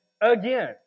again